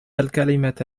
الكلمة